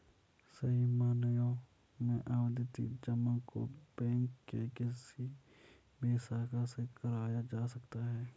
सही मायनों में आवर्ती जमा को बैंक के किसी भी शाखा से कराया जा सकता है